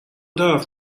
طرف